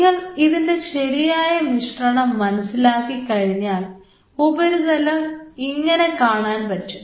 നിങ്ങൾ ഇതിൻറെ ശരിയായ മിശ്രണം മനസ്സിലാക്കി കഴിഞ്ഞാൽ ഉപരിതലം ഇങ്ങനെ കാണാൻ പറ്റും